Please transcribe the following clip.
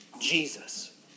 Jesus